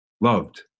loved